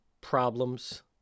problems